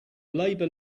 labor